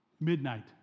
midnight